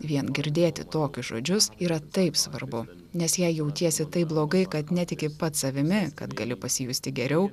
vien girdėti tokius žodžius yra taip svarbu nes jei jautiesi taip blogai kad netiki pats savimi kad gali pasijusti geriau